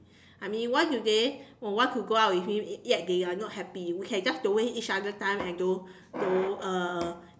I mean why do they want to go out with me yet they are not happy we can just don't waste each other time and don't don't uh